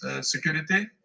security